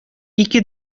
ике